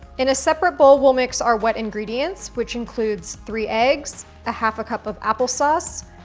in a separate bowl, we'll mix our wet ingredients, which includes three eggs, a half a cup of applesauce,